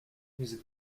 music